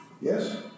Yes